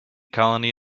colony